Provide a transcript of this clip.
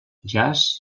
jazz